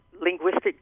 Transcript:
linguistic